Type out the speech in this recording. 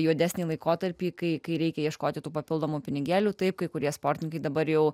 juodesnį laikotarpį kai kai reikia ieškoti tų papildomų pinigėlių taip kai kurie sportininkai dabar jau